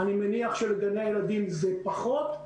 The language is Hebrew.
אני מניח שלגני ילדים זה פחות.